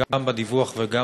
גם בדיווח וגם